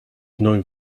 known